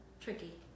tricky